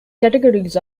categories